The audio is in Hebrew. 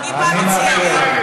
אני לא צוחק,